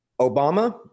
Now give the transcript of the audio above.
Obama